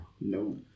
No